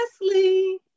Leslie